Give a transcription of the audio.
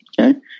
Okay